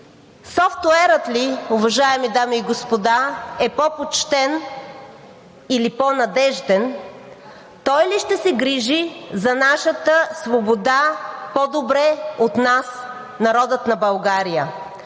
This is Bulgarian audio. Софтуерът ли, уважаеми дами и господа, е по-почтен или по надежден? Той ли ще се грижи за нашата свобода по-добре от нас – народа на България?